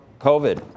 COVID